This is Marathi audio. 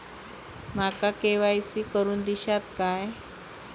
माका के.वाय.सी करून दिश्यात काय?